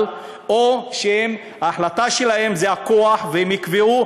או שההחלטה שלהם זה הכוח והם יקבעו,